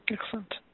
Excellent